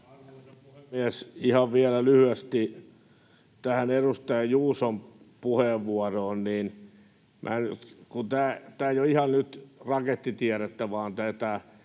Arvoisa puhemies! Ihan vielä lyhyesti tähän edustaja Juuson puheenvuoroon. Tämä ei ole ihan nyt rakettitiedettä, vaan tätä